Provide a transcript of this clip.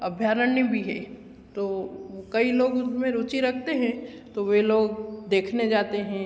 अभ्यारण्य भी हैं तो कई लोग उसमें रुचि रखते हैं तो वे लोग देखने जाते हैं